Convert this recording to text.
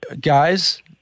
guys